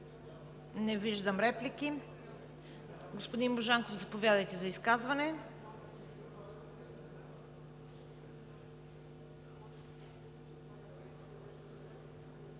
Не виждам. Господин Божанков, заповядайте за изказване.